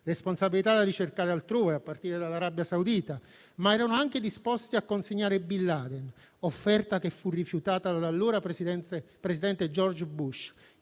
responsabilità da ricercare altrove a partire dall'Arabia Saudita - ma erano anche disposti a consegnare Bin Laden, offerta che fu rifiutata dall'allora presidente George Bush,